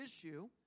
issue